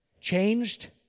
changed